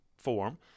form